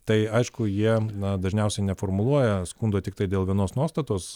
tai aišku jie dažniausiai neformuluoja skundo tiktai dėl vienos nuostatos